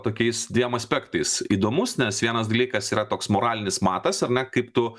tokiais dviem aspektais įdomus nes vienas dalykas yra toks moralinis matas ar ne kaip tu